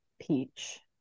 Peach